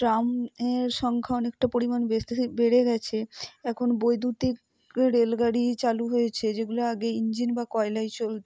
ট্রামের সংখ্যা অনেকটা পরিমাণ বেড়ে গেছে এখন বৈদ্যুতিক রেলগাড়ি চালু হয়েছে যেগুলো আগে ইঞ্জিন বা কয়লায় চলতো